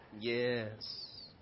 yes